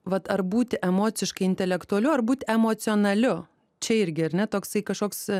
vat ar būti emociškai intelektualiu ar būt emocionaliu čia irgi ar ne toksai kažkoks